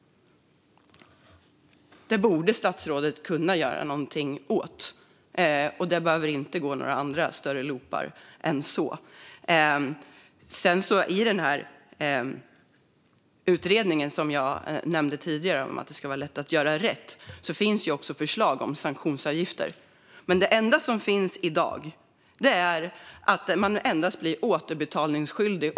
Det borde statsrådet kunna göra något åt, och det behöver inte gå i några andra större loopar än så. I utredningen som jag nämnde tidigare om att det ska vara lätt att göra rätt finns också förslag om sanktionsavgifter. Men det enda som finns i dag är att man endast blir återbetalningsskyldig.